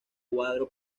cuadro